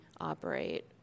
operate